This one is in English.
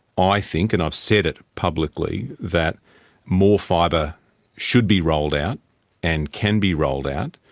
i think, and i've said it publicly, that more fibre should be rolled out and can be rolled out,